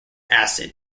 acid